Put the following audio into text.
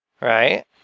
Right